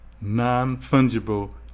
non-fungible